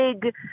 big